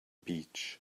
beach